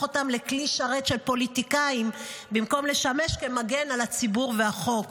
אותם לכלי שרת של פוליטיקאים במקום לשמש כמגן על הציבור והחוק,